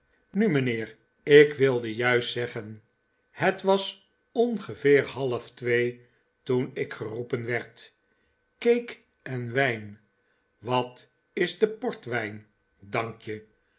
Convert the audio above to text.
nu mijnheer ik wilde juist zeggen het was ongeveer halftwee toen ik geroepen werd cake en wijn wat is portwijn dank je